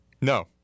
No